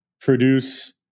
produce